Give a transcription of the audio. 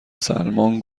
سلمان